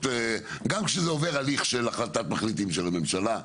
גם כשזה עובר הליך של החלטת מחליטים של הממשלה,